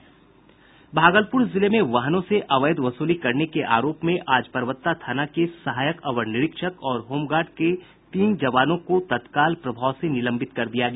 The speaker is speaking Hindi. भागलपूर जिले में वाहनों से अवैध वसूली करने के आरोप में आज परबत्ता थाना के सहायक अवर निरीक्षक और होमगार्ड के तीन जवानों को तत्काल प्रभाव से निलंबित कर दिया गया